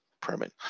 permit